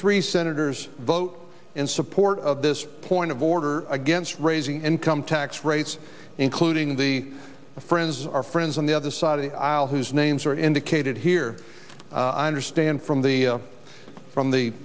three senators vote in support of this point of order against raising income tax rates including the friends our friends on the other side of the aisle whose names are indicated here i understand from the from the